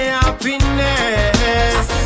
happiness